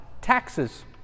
Taxes